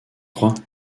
crois